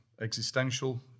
existential